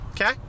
okay